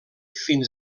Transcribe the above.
fins